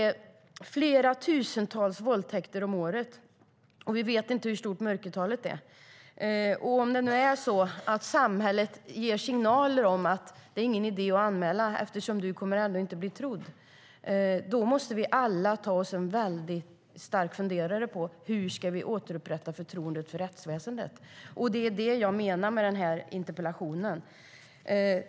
Det begås tusentals våldtäkter per år, och vi vet inte hur stort mörkertalet är. Om samhället ger signaler att det inte är någon idé att anmäla eftersom du inte blir trodd, måste vi alla fundera över hur förtroendet för rättsväsendet ska återupprättas. Det är vad jag tar upp i min interpellation.